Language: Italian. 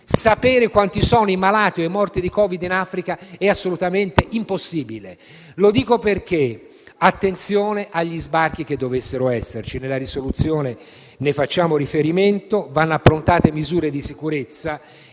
sapere quanti siano i malati o i morti di Covid-19 in Africa è assolutamente impossibile. Lo dico per sollecitare attenzione sugli sbarchi che dovessero esserci. Nella risoluzione ne facciamo riferimento: devono essere approntate misure di sicurezza